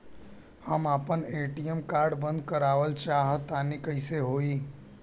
हम आपन ATM card बंद करावल चाह तनि कइसे होई?